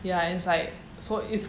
ya and it's like so it's